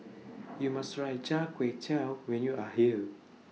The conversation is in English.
YOU must Try Char Kway Teow when YOU Are here